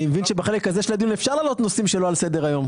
אני מבין שבחלק הזה של הדיון אפשר להעלות נושאים שלא על סדר היום.